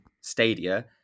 Stadia